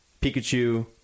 Pikachu